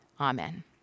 Amen